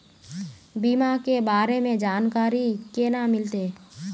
बीमा के बारे में जानकारी केना मिलते?